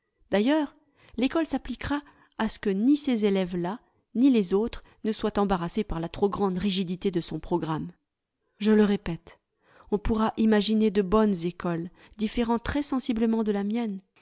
d'ailleurs l'ecole s'appliquera à ce que ni ces élèves là ni les autres ne soient embarrassés par la trop grande rigidité de son prog ramme je le répète on pourra imaginer de bonnes écoles différant très sensiblement de la mienne